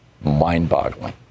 mind-boggling